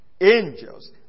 Angels